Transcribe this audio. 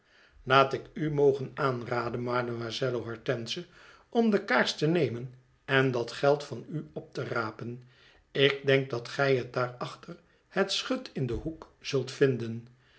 laat ik u nu mogen aanraden mademoiselle hortense om de kaars te nemen en dat geld van u op te rapen ik denk dat gij het daar achter het schut in den hoek zult vinden